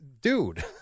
Dude